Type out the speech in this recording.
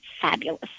fabulous